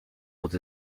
was